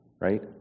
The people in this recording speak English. right